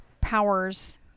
powers